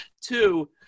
Two